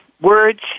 words